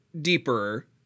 deeper